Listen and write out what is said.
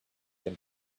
them